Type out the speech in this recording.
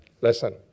lesson